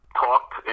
talked